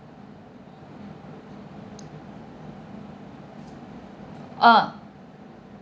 orh